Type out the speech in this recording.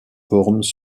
formes